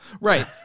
Right